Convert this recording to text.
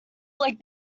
like